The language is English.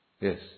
Yes